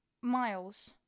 Miles